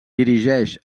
dirigeix